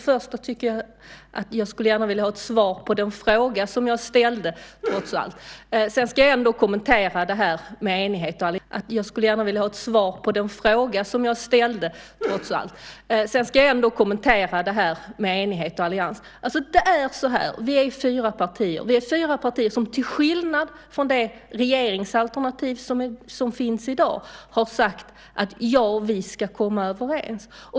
Fru talman! Först och främst skulle jag gärna vilja ha svar på de frågor jag trots allt ställde. Sedan ska jag ändå kommentera påståendet om enigheten och alliansen. Vi är fyra partier som till skillnad från det regeringsalternativ som finns i dag har sagt att vi ska komma överens.